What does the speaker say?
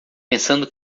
pensando